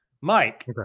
Mike